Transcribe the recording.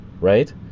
right